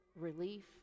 relief